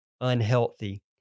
unhealthy